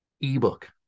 ebook